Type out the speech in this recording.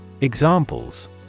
Examples